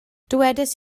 dywedais